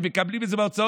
הם מקבלים את זה בהוצאות,